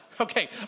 Okay